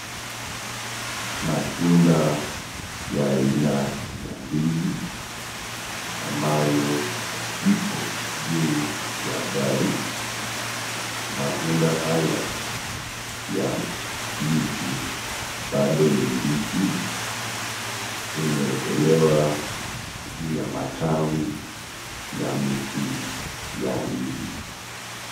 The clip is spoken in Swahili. Matunda ya aina ya ndizi ambayo ipo juu ya gari, matunda haya ya ndizi bado ni mbichi, imewekelewa juu ya matawi ya miti ya ndizi.